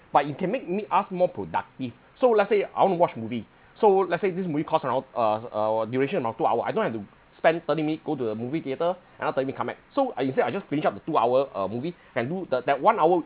but it can make me us more productive so let's say I want to watch movie so let's say this movie cost around uh uh duration around two hour I don't have to spend thirty minute go to the movie theater another thirty minute come back so I instead I just finish up the two hour uh movie and do the that one hour